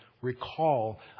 recall